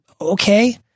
okay